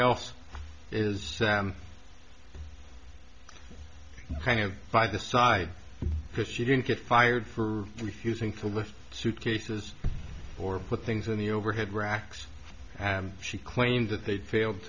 else is kind of by the side because she didn't get fired for refusing to lift suitcases or put things in the overhead racks and she claims that they failed